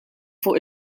fuq